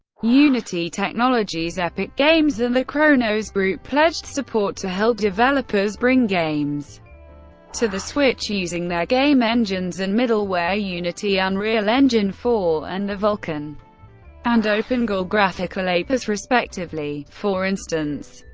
unity technologies, epic games, and the khronos group pledged support to help developers bring games to the switch using their game engines and middleware, unity, unreal engine four, and the vulkan and opengl graphical apis, respectively for instance,